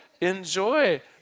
enjoy